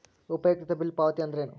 ಉಪಯುಕ್ತತೆ ಬಿಲ್ ಪಾವತಿ ಅಂದ್ರೇನು?